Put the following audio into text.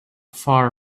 far